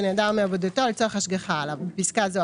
שנעדר מעבודתו לצורך השגחה עליו (בפסקה זו,